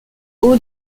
haut